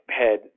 head